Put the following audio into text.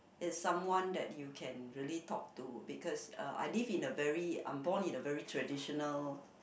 is someone that you can really talk to because uh I live in a very I'm born in a very traditional